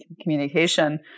communication